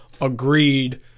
agreed